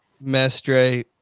Mestre